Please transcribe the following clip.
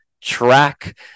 track